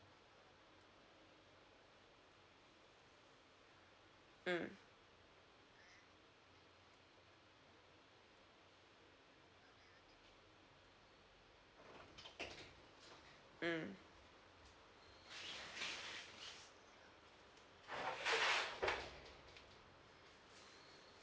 mm mm